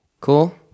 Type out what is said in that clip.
Cool